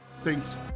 Thanks